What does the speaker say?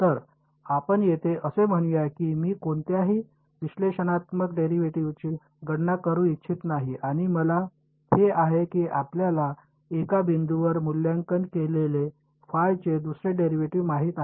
तर आपण येथे असे म्हणूया की मी कोणत्याही विश्लेषणात्मक डेरिव्हेटिव्हची गणना करू इच्छित नाही आणि मला हे आहे की आपल्याला एका बिंदूवर मूल्यांकन केलेले फाय चे दुसरे डेरिव्हेटिव्ह माहित आहे